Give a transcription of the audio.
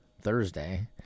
Thursday